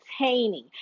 entertaining